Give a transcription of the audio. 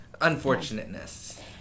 unfortunateness